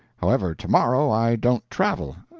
however, tomorrow i don't travel.